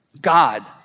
God